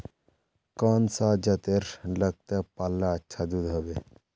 कौन सा जतेर लगते पाल्ले अच्छा दूध होवे?